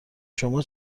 شما